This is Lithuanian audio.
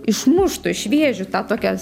išmuštų iš vėžių tą tokią